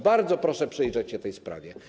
Bardzo proszę przyjrzeć się tej sprawie.